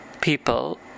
People